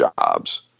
jobs